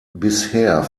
bisher